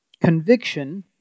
conviction